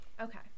Okay